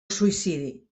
suïcidi